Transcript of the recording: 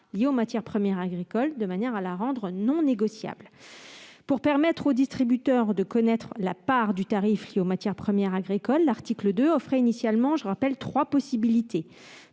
liée aux matières premières agricoles afin de la rendre non négociable. Pour permettre au distributeur de connaître la part du tarif liée aux matières premières agricoles, l'article 2 offrait initialement trois possibilités